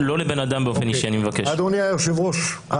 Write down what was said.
את מדברת על השאלות בחלק האמריקאי, נכון?